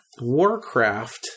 Warcraft